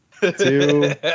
two